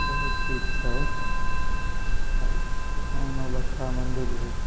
बहुत चीज छै नौलक्खा मन्दिर भी